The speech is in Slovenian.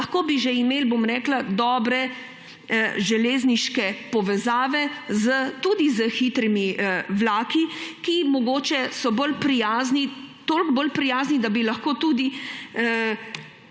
Lahko bi že imeli dobre železniške povezave tudi s hitrimi vlaki, ki mogoče so bolj prijazni, toliko bolj prijazni, da bi lahko tudi